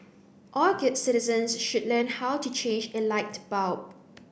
all good citizens should learn how to change a light bulb